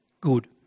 good